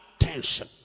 attention